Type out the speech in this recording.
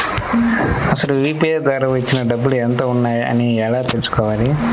అసలు యూ.పీ.ఐ ద్వార వచ్చిన డబ్బులు ఎంత వున్నాయి అని ఎలా తెలుసుకోవాలి?